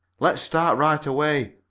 let's start right away,